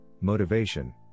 motivation